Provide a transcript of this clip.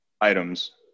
items